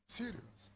serious